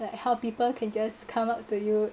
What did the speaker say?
like how people can just come up to you